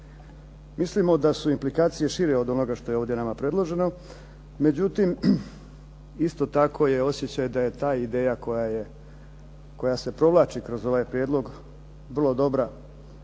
Mislimo da su implikacije šire od onoga što je ovdje nama predloženo, međutim, isto tako je osjećaj da je ta ideja koja je, koja se provlači kroz ovaj prijedlog vrlo dobra